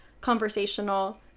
conversational